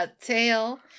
tail